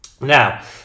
Now